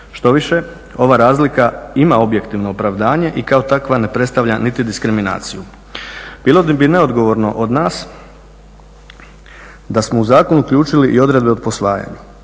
Štoviše ova razlika ima objektivno opravdanje i kao takva ne predstavlja niti diskriminaciju. Bilo bi neodgovorno od nas da smo u zakon uključili i odredbe o posvajanju,